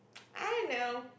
I know